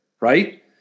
right